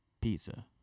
Pizza